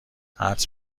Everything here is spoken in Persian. حدس